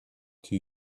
two